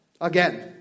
again